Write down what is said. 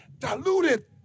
diluted